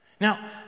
Now